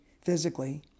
physically